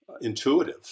intuitive